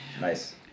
Nice